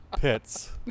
pits